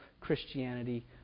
Christianity